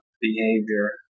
behavior